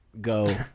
go